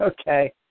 Okay